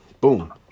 Boom